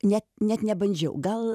net net nebandžiau gal